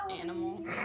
animal